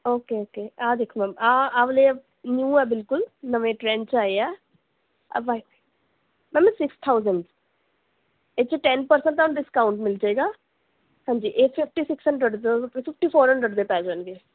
okay okay ਆਹ ਦੇਖੋ ma'am ਆਹ ਆਹ ਵਾਲੇ ਨਿਊ ਆ ਬਿਲਕੁਲ ਨਵੇਂ ਟਰੈਂਡ 'ਚ ਆਏ ਆ ਆਹ ਵਾਇਟ ਮੈਮ ਇਹ ਸਿਕਸ ਥਾਊਸੈਂਡ ਇਹ 'ਚ ਟੈੱਨ ਪਰਸੈਂਟ ਤੁਹਾਨੂੰ ਡਿਸਕਾਊਂਟ ਮਿਲ ਜਾਵੇਗਾ ਹਾਂਜੀ ਇਹ ਫਿਫਟੀ ਸਿਕਸ ਹੰਡਰਡ ਦਾ ਫਿਫਟੀ ਫੋਰ ਹੰਡਰਡ ਦੇ ਪੈ ਜਾਣਗੇ